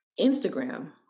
Instagram